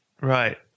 Right